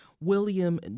William